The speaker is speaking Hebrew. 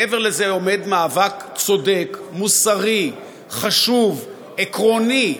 מעבר לזה עומד מאבק צודק, מוסרי, חשוב, עקרוני,